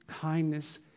kindness